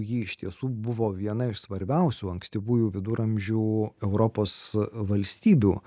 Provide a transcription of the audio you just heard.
ji iš tiesų buvo viena iš svarbiausių ankstyvųjų viduramžių europos valstybių